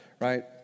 right